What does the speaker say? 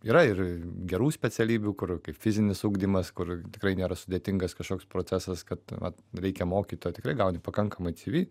yra ir gerų specialybių kur kaip fizinis ugdymas kur tikrai nėra sudėtingas kažkoks procesas kad va reikia mokyt o tikrai gauni pakankamai cv